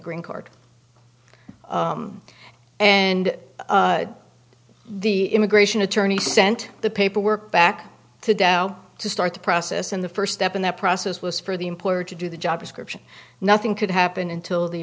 green card and the immigration attorney sent the paperwork back to tao to start the process in the first step in that process was for the employer to do the job description nothing could happen until the